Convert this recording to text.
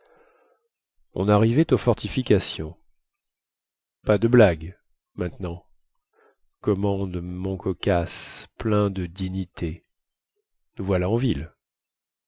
on arrivait aux fortifications pas de blagues maintenant commande montcocasse plein de dignité nous voilà en ville